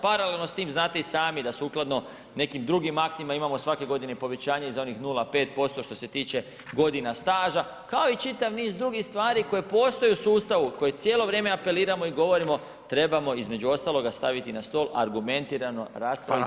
Paralelno s tim znate i sami da sukladno nekim drugim aktima imamo svake godine povećanje za onih 0,5% što se tiče godina staža kao i čitav niz drugih stvari koje postoje u sustavu, koji cijelo vrijeme apeliramo i govorimo trebamo između ostaloga staviti na stol argumentirano … i redizajnirati.